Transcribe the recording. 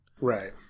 Right